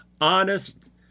honest